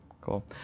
Cool